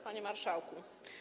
Panie Marszałku!